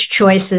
choices